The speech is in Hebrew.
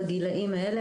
בגילאים האלה,